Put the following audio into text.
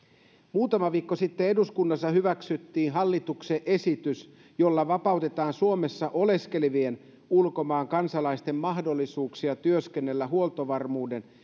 muutama viikko sitten eduskunnassa hyväksyttiin hallituksen esitys jolla vapautetaan suomessa oleskelevien ulkomaan kansalaisten mahdollisuuksia työskennellä huoltovarmuuden